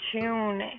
tune